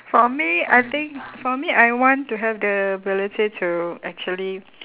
for me I think for me I want to have the ability to actually